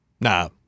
Nah